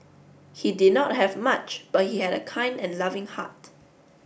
he did not have much but he had a kind and loving heart